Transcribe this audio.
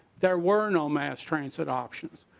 there were no mass transit options.